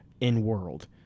in-world